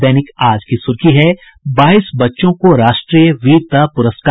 दैनिक आज की सुर्खी है बाईस बच्चों को राष्ट्रीय वीरता पुरस्कार